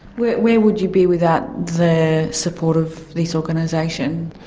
where where would you be without the support of this organisation?